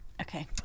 okay